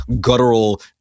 guttural